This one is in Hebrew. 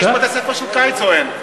יש בתי-ספר של קיץ או אין?